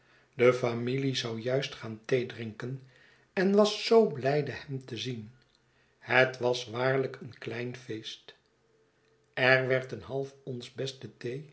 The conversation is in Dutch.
de familie zou juist gaan theedrinken en was zoo blijde hem te zien het was waarlijk een klein feest er werd een half ons beste